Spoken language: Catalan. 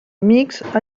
amics